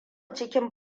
cikin